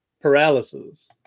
paralysis